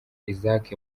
isaac